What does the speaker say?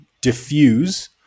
diffuse